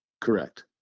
Correct